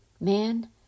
Man